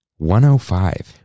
105